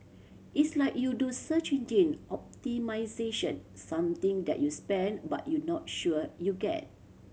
it's like you do search engine optimisation something that you spend but you not sure you get